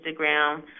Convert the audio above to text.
Instagram